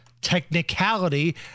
technicality